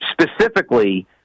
specifically